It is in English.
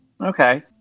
Okay